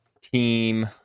team